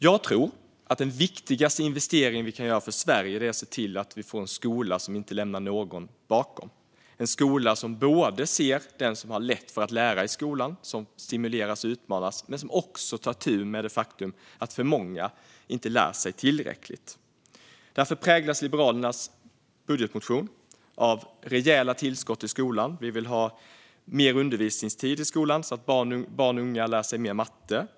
Jag tror att den viktigaste investeringen vi kan göra för Sverige är att se till att vi får en skola som inte lämnar någon bakom, en skola som stimulerar och utmanar den som har lätt för att lära men som också tar itu med det faktum att för många inte lär sig tillräckligt. Därför präglas Liberalernas budgetmotion av rejäla tillskott till skolan. Vi vill ha mer undervisningstid i skolan så att barn och unga lär sig mer matte.